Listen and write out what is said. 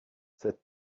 cette